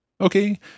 Okay